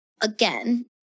Again